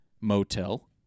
Motel